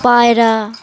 পায়রা